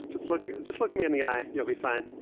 just look just look me in the eye. you'll be fine.